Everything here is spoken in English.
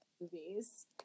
movies